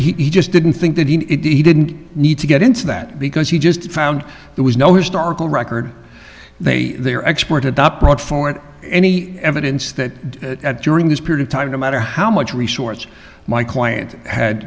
that he just didn't think that he didn't need to get into that because he just found there was no historical record they their expert adopt brought forward any evidence that during this period of time no matter how much resource my client had